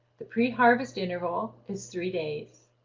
the pre-harvest interval is three days.